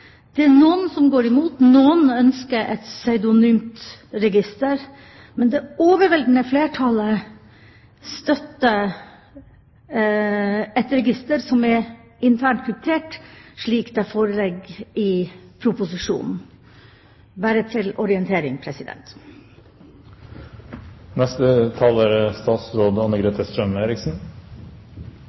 Det er noen som går imot. Noen ønsker et pseudonymt register. Men det overveldende flertallet støtter et register som er internt kryptert, slik det foreligger i proposisjonen. – Bare til orientering. Nå understreket saksordføreren det første jeg ønsket å understreke. Det er